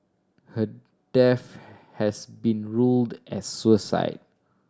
her death has been ruled as suicide